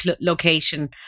location